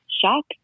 shock